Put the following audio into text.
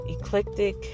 eclectic